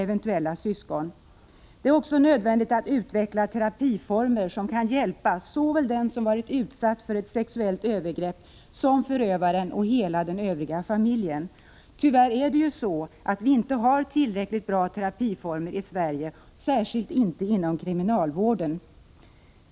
Det är också nödvändigt att utveckla terapiformer som kan hjälpa såväl den som har varit utsatt för ett sexuellt övergrepp som förövaren och hela den övriga familjen. Tyvärr har vi inte tillräckligt bra terapiformer i Sverige, särskilt inte inom kriminalvården.